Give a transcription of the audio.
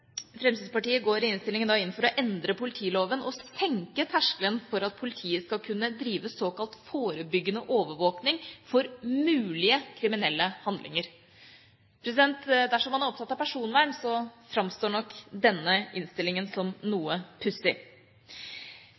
Fremskrittspartiet går i innstillingen inn for å endre politiloven og senke terskelen for at politiet skal kunne drive såkalt forebyggende overvåkning for mulige kriminelle handlinger. Dersom man er opptatt av personvern, framstår nok denne innstillingen som noe pussig.